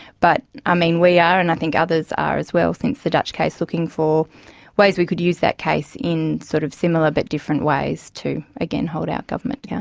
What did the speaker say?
but ah we are and i think others are as well since the dutch case looking for ways we could use that case in sort of similar but different ways to, again, hold our government yeah